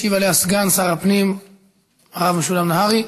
משיב עליה סגן שר הפנים הרב משולם נהרי.